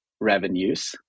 revenues